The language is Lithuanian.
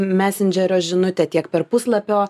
messenger žinutę tiek per puslapio